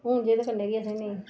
हुन जेह्दे कन्नै असें नेईं